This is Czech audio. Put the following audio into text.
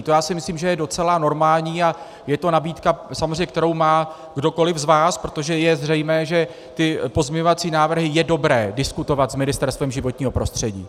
To já si myslím, že je docela normální, a je to nabídka samozřejmě, kterou má kdokoli z vás, protože je zřejmé, že pozměňovací návrhy je dobré diskutovat s Ministerstvem životního prostředí.